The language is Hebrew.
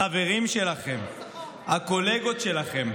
הקולגות שלכם,